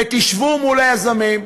ותשבו מול היזמים.